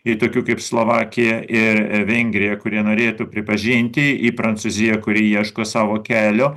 ir tokių kaip slovakija ir vengrija kurie norėtų pripažinti ir prancūzija kuri ieško savo kelio